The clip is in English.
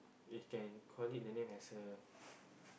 we can call it the name as a